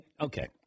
Okay